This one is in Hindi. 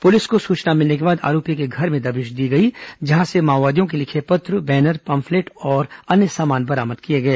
पुलिस को सूचना मिलने के बाद आरोपी के घर में दबिश दी गई जहां से माओवादियों के लिखे पत्र बैनर और पॉम्पलेट बरामद किए गए